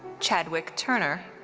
chadwick turner.